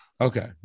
okay